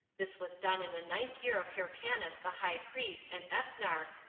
this was done in the ninth year of hyrcanus the high priest and ethnarch,